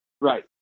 Right